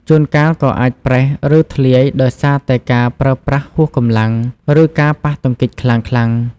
ជួនកាលក៏អាចប្រេះ ឬធ្លាយដោយសារតែការប្រើប្រាស់ហួសកម្លាំង ឬការប៉ះទង្គិចខ្លាំងៗ។